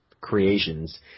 creations